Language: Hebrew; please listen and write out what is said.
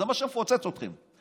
זה מה שמפוצץ אתכם.